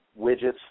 widgets